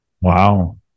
Wow